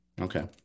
Okay